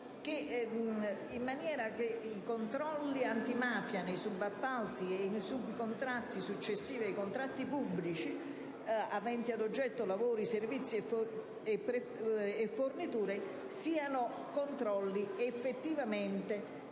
dei controlli antimafia nei subappalti e subcontratti successivi ai contratti pubblici aventi ad oggetto lavori, servizi e forniture, presso ogni prefettura